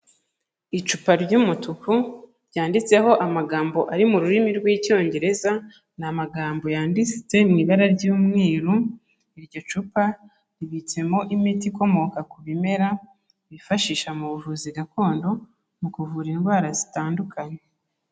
Icupa ry'umutuku ryanditseho amagambo ari mu rurimi rw'Icyongereza, ni amagambo yanditse mu ibara ry'umweru, iryo cupa ribitsemo imiti ikomoka ku bimera bifashisha mu buvuzi gakondo mu kuvura indwara zitandukanye.